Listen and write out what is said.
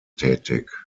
tätig